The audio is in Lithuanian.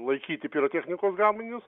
laikyti pirotechnikos gaminius